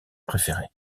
préférés